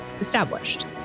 established